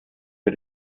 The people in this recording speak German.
für